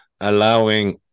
allowing